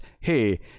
hey